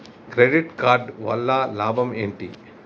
Credit card వల్ల లాభం ఏంటి?